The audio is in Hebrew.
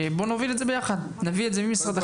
בוא נוביל את זה ביחד, ונביא את זה למשרד החינוך.